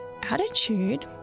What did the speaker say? attitude